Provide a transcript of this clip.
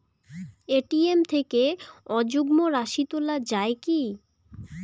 ATM থেকে অযুগ্ম রাশি তোলা য়ায় কি?